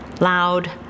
loud